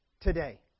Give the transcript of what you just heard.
today